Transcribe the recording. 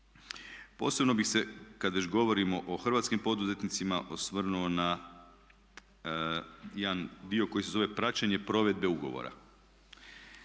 Posebno bih se, kad već govorimo o hrvatskim poduzetnicima, osvrnuo na jedan dio koji se zove praćenje provedbe ugovora.